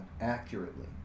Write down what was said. accurately